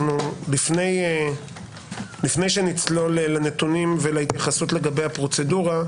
לפני שנצלול לנתונים ולהתייחסות לגבי הפרוצדורה,